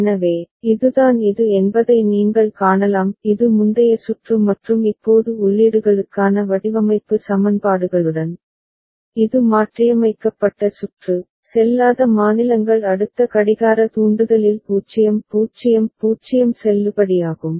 எனவே இதுதான் இது என்பதை நீங்கள் காணலாம் இது முந்தைய சுற்று மற்றும் இப்போது உள்ளீடுகளுக்கான வடிவமைப்பு சமன்பாடுகளுடன் இது மாற்றியமைக்கப்பட்ட சுற்று செல்லாத மாநிலங்கள் அடுத்த கடிகார தூண்டுதலில் 0 0 0 செல்லுபடியாகும்